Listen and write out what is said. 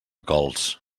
cols